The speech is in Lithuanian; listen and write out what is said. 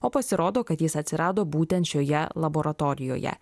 o pasirodo kad jis atsirado būtent šioje laboratorijoje